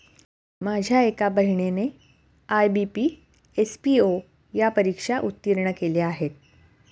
माझ्या एका बहिणीने आय.बी.पी, एस.पी.ओ या परीक्षा उत्तीर्ण केल्या आहेत